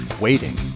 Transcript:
Waiting